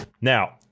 Now